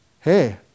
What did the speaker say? Hey